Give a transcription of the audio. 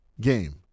game